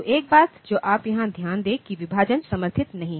तो एक बात जो आप यहाँ ध्यान दें कि विभाजन समर्थित नहीं है